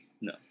No